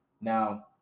Now